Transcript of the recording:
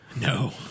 No